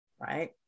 Right